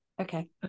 Okay